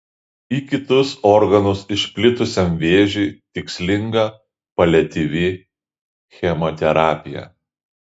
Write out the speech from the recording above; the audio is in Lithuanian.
į kitus organus išplitusiam vėžiui tikslinga paliatyvi chemoterapija